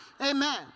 Amen